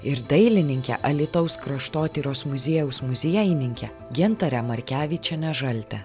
ir dailininke alytaus kraštotyros muziejaus muziejininke gintare markevičiene žalte